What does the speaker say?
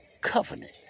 covenant